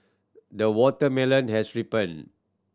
the watermelon has ripened